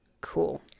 Cool